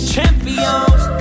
Champions